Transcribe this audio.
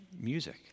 music